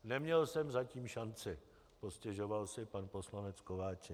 Neměl jsem zatím šanci, postěžoval si pan poslanec Kováčik.